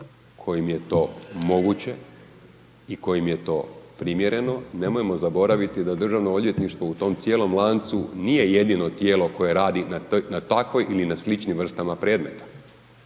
kojim je to moguće i kojim je to primjereno, nemojmo zaboraviti da državno odvjetništvo u tom cijelom lancu nije jedino tijelo koje radi na takvoj ili na sličnim vrstama predmeta.